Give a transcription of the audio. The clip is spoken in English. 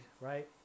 right